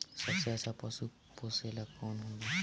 सबसे अच्छा पशु पोसेला कौन होला?